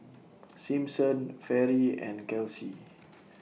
Simpson Fairy and Kelsey